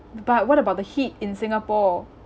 but what about the heat in singapore